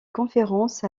conférence